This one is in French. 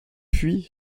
puis